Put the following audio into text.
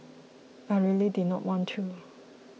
I really did not want to